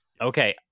Okay